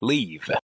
Leave